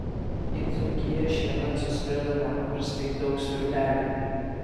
į dzūkiją šiemet suskrido nepaprastai daug svirbelių